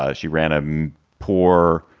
ah she ran a um poor,